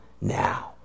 now